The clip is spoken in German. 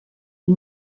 die